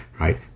right